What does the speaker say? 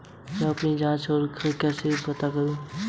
मैं अपनी जांच और बचत खाते कैसे व्यवस्थित करूँ?